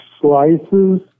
slices